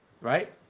right